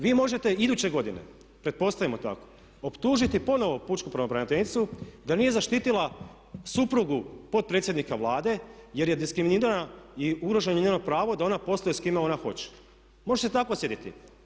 Vi možete iduće godine, pretpostavimo tako optužiti ponovno pučku pravobraniteljicu da nije zaštitila suprugu potpredsjednika Vlade jer je diskriminirano i ugroženo njeno pravo da ona posluje s kime ona hoće, možete se tako sjetiti.